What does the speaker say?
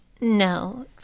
No